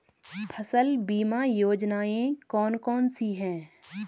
फसल बीमा योजनाएँ कौन कौनसी हैं?